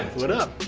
what up?